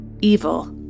evil